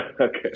Okay